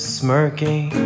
smirking